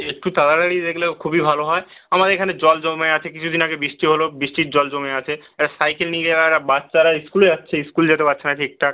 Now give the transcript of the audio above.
একটু তাড়াতাড়ি দেখলেও খুবই ভালো হয় আমার এখানে জল জমে আছে কিছু দিন আগে বৃষ্টি হলো বৃষ্টির জল জমে আছে এবার সাইকেল নিয়ে যাওয়ার বাচ্চারা স্কুলে যাচ্ছে স্কুল যেতে পারছে না ঠিকঠাক